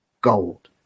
gold